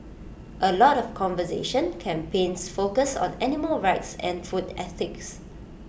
A lot of conservation campaigns focus on animal rights and food ethics